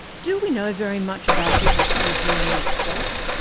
do we know very much about the actual journey itself?